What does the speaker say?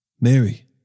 Mary